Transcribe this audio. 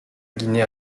guinée